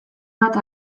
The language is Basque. bat